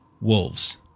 wolves